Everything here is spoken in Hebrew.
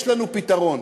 יש לנו פתרון.